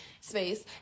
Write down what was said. space